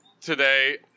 today